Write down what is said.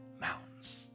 Mountains